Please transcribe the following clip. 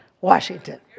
Washington